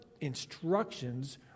instructions